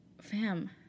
fam